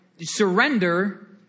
surrender